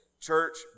church